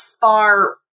far